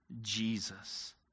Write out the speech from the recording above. Jesus